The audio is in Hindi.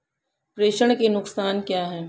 प्रेषण के नुकसान क्या हैं?